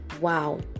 wow